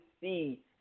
see